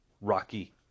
Rocky